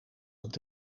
dat